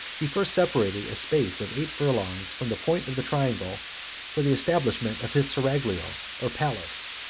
he first separated a space of eight furlongs from the point of the triangle for the establishment of his seraglio or palace.